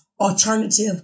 alternative